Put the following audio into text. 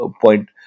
point